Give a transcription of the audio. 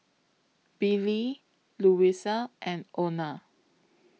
Billie Louisa and Ona